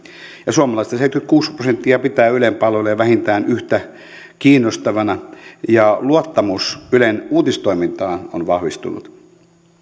suomalaisista seitsemänkymmentäkuusi prosenttia pitää ylen palveluja vähintään yhtä kiinnostavana ja luottamus ylen uutistoimintaan on vahvistunut